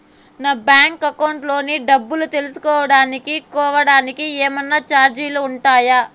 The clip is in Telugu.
నా బ్యాంకు అకౌంట్ లోని డబ్బు తెలుసుకోవడానికి కోవడానికి ఏమన్నా చార్జీలు ఉంటాయా?